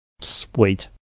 Sweet